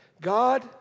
God